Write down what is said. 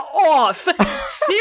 off